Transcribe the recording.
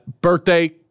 Birthday